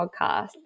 podcasts